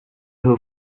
her